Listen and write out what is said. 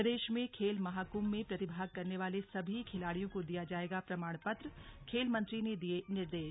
प्रदेश में खेल महाकुंभ में प्रतिभाग करने वाले सभी खिलाड़ियों को दिया जाएगा प्रमाण पत्र खेल मंत्री ने दिये निर्देश